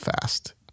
fast